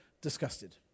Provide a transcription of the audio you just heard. disgusted